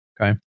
Okay